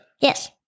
Yes